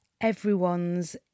everyone's